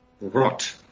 rot